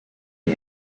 ihm